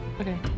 Okay